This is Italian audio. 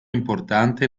importante